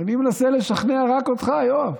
אני מנסה לשכנע רק אותך, יואב.